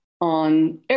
on